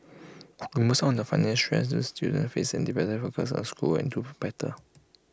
remove some of the financial stress these students face and they better focus on schoolwork and do better